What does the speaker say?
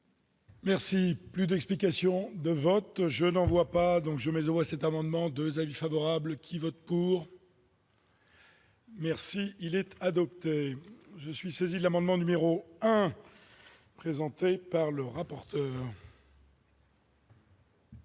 Merci plus d'explications de vote, je n'en vois pas donc je vois cet amendement 2 avis favorables qui vote pour. Merci, il est adopté, je suis saisi l'amendement numéro 1 présenté par le rapporteur.